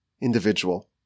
individual